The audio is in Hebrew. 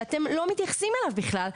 שאתם לא מתייחסים אליו בכלל,